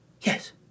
Yes